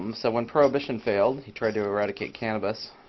um so when prohibition failed, he tried to eradicate cannabis.